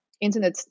internet